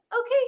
Okay